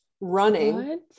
running